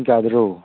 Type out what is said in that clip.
ꯄꯨꯡ ꯀꯌꯥꯗꯅꯣ